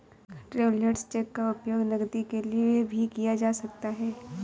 travellers cheque का उपयोग नकदी के लिए भी किया जा सकता है